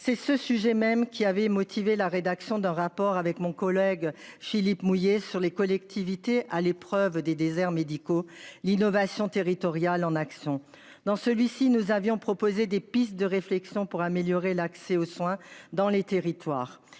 c'est ce sujet même qui avait motivé la rédaction d'un rapport avec mon collègue Philippe mouiller sur les collectivités à l'épreuve des déserts médicaux, l'innovation territoriale en action dans celui-ci, nous avions proposé des pistes de réflexion pour améliorer l'accès aux soins dans les territoires.